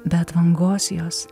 be atvangos jos